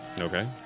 Okay